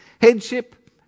Headship